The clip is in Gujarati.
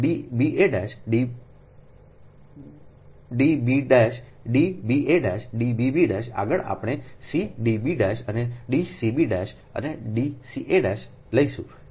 D b a d b D b a D b bઆગળ આપણે c D b' અને D cb' અને D ca' લઈશું